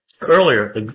earlier